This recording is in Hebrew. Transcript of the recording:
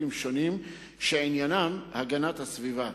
חיקוקים שונים שעניינם הגנת הסביבה.